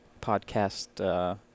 podcast